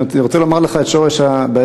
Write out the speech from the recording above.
אני רוצה לומר לך את שורש הבעיה,